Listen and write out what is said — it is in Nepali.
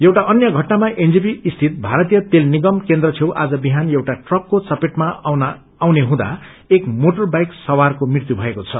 एउटा अन्य घटनामा एनजेपी स्थित भारतीय तेल निगम केन्द्र छेउ आज बिहान एउटा ट्रकको चपेटमा आउने डुँदा एक मोटर बाइक सवारको मृत्यु भएको छ